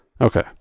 okay